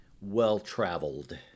well-traveled